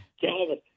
Calvin